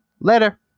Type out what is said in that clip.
Later